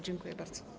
Dziękuję bardzo.